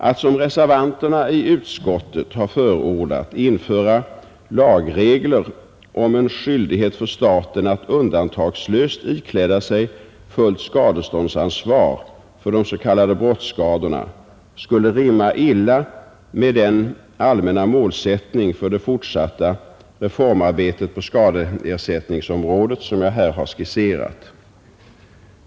Att som reservanterna i utskottet har förordat Onsdagen den införa lagregler om en skyldighet för staten att undantagslöst ikläda sig 28 april 1971 fullt skadeståndsansvar för de s.k. brottsskadorna skulle rimma illamed ———— den allmänna målsättning för det fortsatta reformarbetet på skadeersätt Ersättning för perningsområdet som jag här har skisserat.